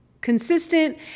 consistent